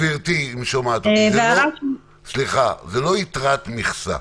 גברתי, סליחה, זה לא יתרת מכסה,